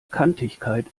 kantigkeit